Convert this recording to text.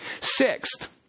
Sixth